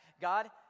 God